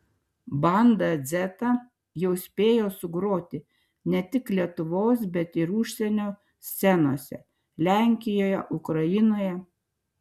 banda dzeta jau spėjo sugroti ne tik lietuvos bet ir užsienio scenose lenkijoje ukrainoje